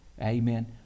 Amen